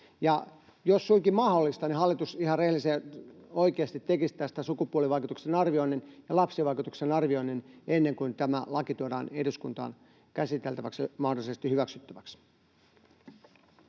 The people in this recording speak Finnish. jos suinkin mahdollista, hallitus ihan rehellisesti ja oikeasti tekisi tästä sukupuolivaikutusten arvioinnin ja lapsivaikutusten arvioinnin ennen kuin tämä laki tuodaan eduskuntaan käsiteltäväksi ja mahdollisesti hyväksyttäväksi.